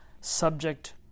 subject